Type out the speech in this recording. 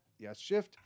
yesshift